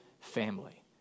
family